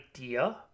idea